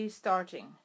starting